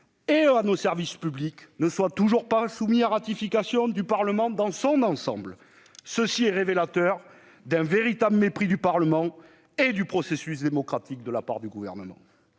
et à nos services publics, ne soit toujours pas soumis à la ratification du Parlement dans son ensemble ! Cela est révélateur d'un véritable mépris du Parlement et du processus démocratique de la part du Gouvernement.